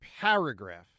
paragraph